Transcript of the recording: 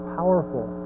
powerful